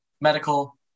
medical